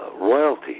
royalty